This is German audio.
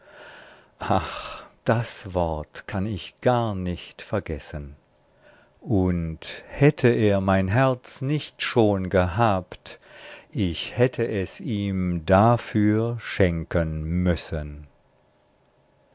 das wort konnte ich gar nicht vergessen und hätte er mein herz nicht schon gehabt ich hätte es ihm dafür schenken müssen